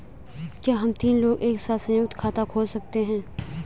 क्या हम तीन लोग एक साथ सयुंक्त खाता खोल सकते हैं?